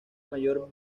mayor